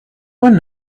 one